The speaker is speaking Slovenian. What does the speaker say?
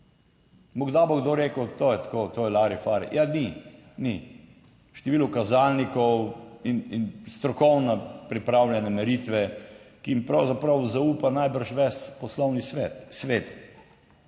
Morda bo kdo rekel, to je tako, to je lari fari. Ja, ni, ni. Število kazalnikov in strokovno pripravljene meritve, ki jim pravzaprav zaupa najbrž ves poslovni svet,